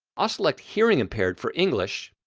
ah select hearing-impaired for english,